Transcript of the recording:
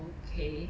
okay